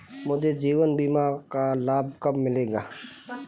मुझे जीवन बीमा का लाभ कब मिलेगा?